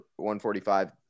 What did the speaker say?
145